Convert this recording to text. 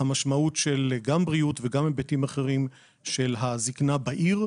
המשמעות של בריאות ושל היבטים אחרים של הזקנה בעיר,